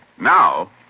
Now